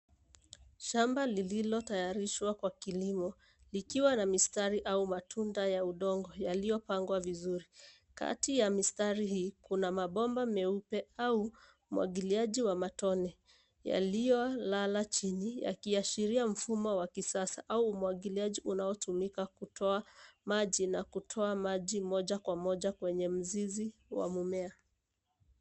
Shamba lililotayarishwa kwa kilimo likiwa na mistari au matunda ya mistari yaliyopangwa vizuri. Kati ya mistari hii kuna bomba meupe au umwagiliaji wa matone yaliyolala chini yakiashiria mfumo wa kisasa au umwagiliaji unaotumika kutoa maji na kutoa maji moja kwa moja kwenye mzizi wa mmea.